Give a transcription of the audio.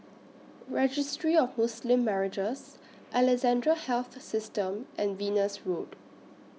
Registry of Muslim Marriages Alexandra Health System and Venus Road